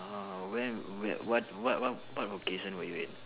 oh when when what what what vocation were you in